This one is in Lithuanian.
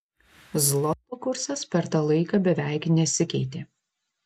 zloto kursas per tą laiką beveik nesikeitė